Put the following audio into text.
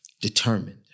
Determined